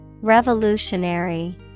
Revolutionary